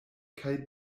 kaj